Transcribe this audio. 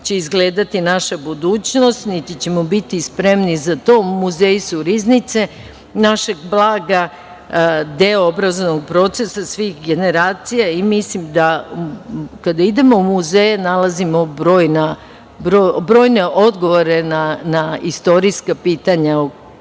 će izgledati naša budućnost, niti ćemo biti spremni za to. Muzeji su riznice našeg blaga, deo obrazovnog procesa svih generacija i mislim da, kada idemo u muzeje, nalazimo brojne odgovore na istorijska pitanja koja